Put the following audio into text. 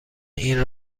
این